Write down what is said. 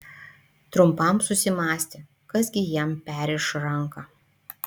trumpam susimąstė kas gi jam perriš ranką